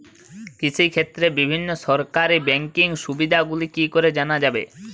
কৃষিক্ষেত্রে বিভিন্ন সরকারি ব্যকিং সুবিধাগুলি কি করে জানা যাবে?